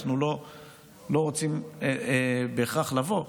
אנחנו לא רוצים בהכרח לבוא.